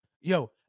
Yo